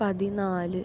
പതിനാല്